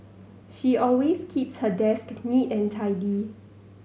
she always keeps her desk neat and tidy